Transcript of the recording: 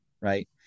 right